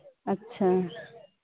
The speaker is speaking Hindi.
अच्छा